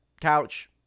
couch